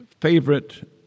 favorite